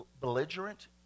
belligerent